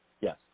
Yes